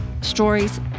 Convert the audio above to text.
stories